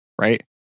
right